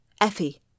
Effie